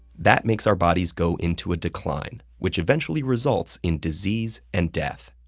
that makes our bodies go into a decline, which eventually results in disease and death.